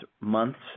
months